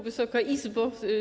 Wysoka Izbo!